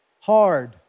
hard